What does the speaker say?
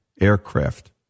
aircraft